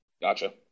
Gotcha